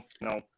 no